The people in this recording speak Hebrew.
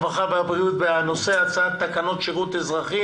הרווחה והבריאות בנושא: הצעת תקנות שירות אזרחי